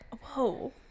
Whoa